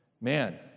man